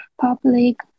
Public